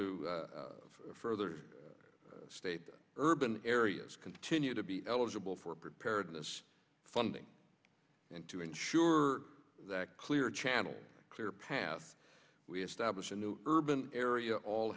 to further state urban areas continue to be eligible for preparedness funding and to ensure that clear channel clear path we have established a new urban area all